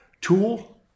Tool